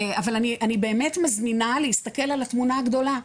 אבל אני באמת מזמינה להסתכל על התמונה הגדולה.